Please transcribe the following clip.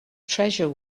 treasure